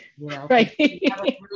Right